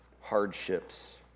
hardships